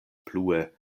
plue